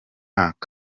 mwaka